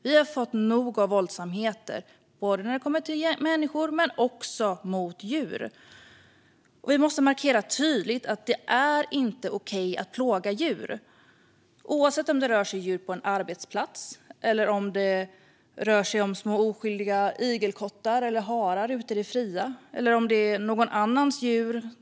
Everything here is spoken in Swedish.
Vi har fått nog av våldsamheter, både mot människor och mot djur. Vi måste tydligt markera att det inte är okej att plåga djur, oavsett om det rör sig om djur på en arbetsplats, om små oskyldiga igelkottar och harar ute i det fria eller om någon annans djur.